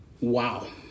Wow